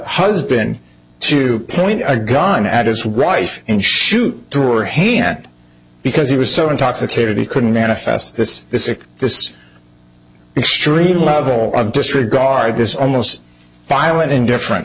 husband to point a gun at his wife and shoot tour hand because he was so intoxicated he couldn't manifest this this is this extreme level of disregard this almost violent indifferen